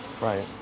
Right